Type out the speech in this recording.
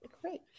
Great